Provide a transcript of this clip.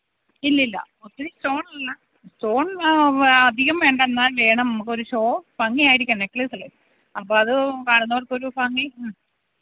ഇല്ലില്ല ഒത്തിരി സ്റ്റോൺല്ല സ്റ്റോൺ അധികം വേണ്ട എന്നാൽ വേണം നമുക്കൊരു ഷോ ഭംഗിയായിരിക്കാം നെക്ലൈസ് അല്ലേ അപ്പോൾ അത് കാണുന്നവർക്ക് ഒരു ഭംഗി